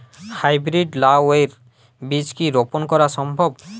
High breed লাও এর বীজ কি রোপন করা সম্ভব?